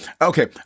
Okay